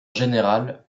général